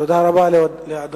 תודה רבה לאדוני.